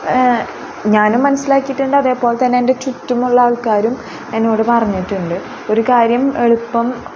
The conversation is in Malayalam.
ഞാനും മനസ്സിലാക്കിയിട്ടുണ്ട് അതേപോലെ തന്നെ എൻ്റെ ചുറ്റുമുള്ള ആൾക്കാരും എന്നോട് പറഞ്ഞിട്ടുണ്ട് ഒരു കാര്യം എളുപ്പം